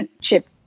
Chip